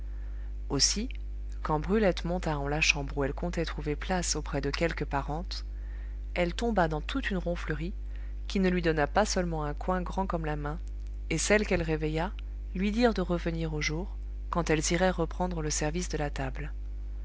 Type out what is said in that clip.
aussi quand brulette monta en la chambre où elle comptait trouver place auprès de quelque parente elle tomba dans toute une ronflerie qui ne lui donna pas seulement un coin grand comme la main et celles qu'elle réveilla lui dirent de revenir au jour quand elles iraient reprendre le service de la table